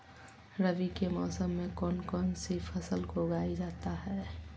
रवि के मौसम में कौन कौन सी फसल को उगाई जाता है?